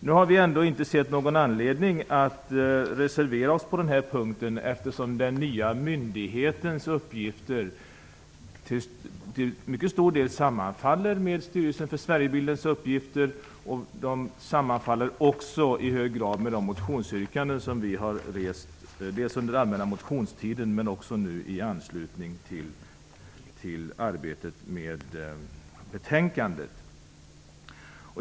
Vi har ändå inte sett någon anledning att reservera oss på den här punkten, eftersom den nya myndighetens uppgifter till mycket stor del sammanfaller med Styrelsen för Sverigebildens uppgifter och också i hög grad med de motionsyrkanden som vi har gjort, dels under den allmänna motionstiden, dels i anslutning till arbetet med betänkandet.